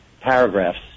paragraphs